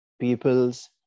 peoples